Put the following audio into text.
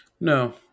no